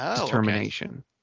determination